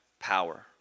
power